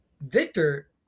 Victor